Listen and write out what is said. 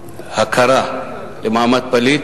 אנחנו מתמודדים עם בעיות,